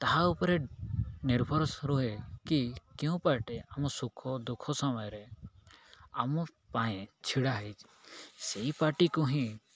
ତାହା ଉପରେ ନିର୍ଭର ରୁହେ କି କେଉଁ ପାର୍ଟି ଆମ ସୁଖ ଦୁଃଖ ସମୟରେ ଆମ ପାଇଁ ଛିଡ଼ା ହୋଇଛି ସେଇ ପାର୍ଟିକୁ ହିଁ